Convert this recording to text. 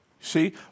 See